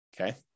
okay